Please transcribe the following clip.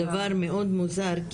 דבר מאוד מוזר,